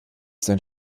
sein